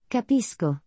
Capisco